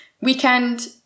weekend